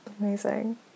Amazing